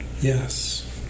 Yes